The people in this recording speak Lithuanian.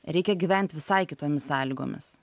reikia gyvent visai kitomis sąlygomis